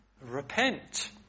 repent